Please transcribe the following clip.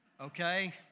okay